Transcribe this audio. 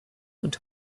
und